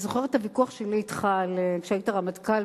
אני זוכרת את הוויכוח שלי אתך כשהיית רמטכ"ל,